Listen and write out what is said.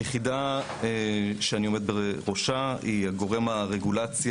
היחידה שאני עומד בראשה היא הגורם הרגולטיבי